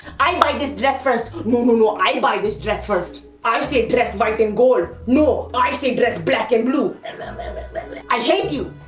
i buy this dress first! no no no i buy this dress first. i um see ah dress white and gold. no, i see dress black and blue. and um and i hate you!